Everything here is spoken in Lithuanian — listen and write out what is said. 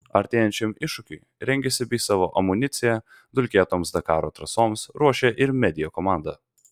artėjančiam iššūkiui rengiasi bei savo amuniciją dulkėtoms dakaro trasoms ruošia ir media komanda